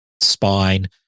spine